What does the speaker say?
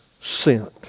sent